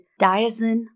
Diazin